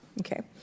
okay